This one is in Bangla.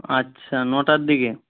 আচ্ছা নটার দিকে